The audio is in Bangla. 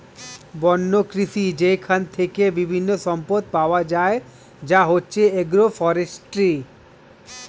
বন্য কৃষি যেইখান থেকে বিভিন্ন সম্পদ পাওয়া যায় যা হচ্ছে এগ্রো ফরেষ্ট্রী